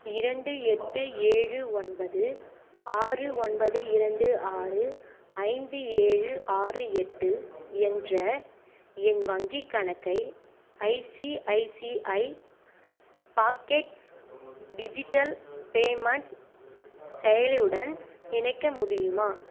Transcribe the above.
இரண்டு எட்டு ஏழு ஒன்பது ஆறு ஒன்பது இரண்டு ஆறு ஐந்து ஏழு ஆறு எட்டு என்ற என் வங்கிக் கணக்கை ஐசிஐசிஐ பாக்கெட்ஸ் டிஜிட்டல் பேமெண்ட் செயலியுடன் இணைக்க முடியுமா